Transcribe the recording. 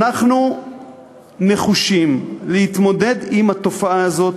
אנחנו נחושים להתמודד עם התופעה הזאת